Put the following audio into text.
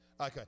Okay